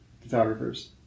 photographers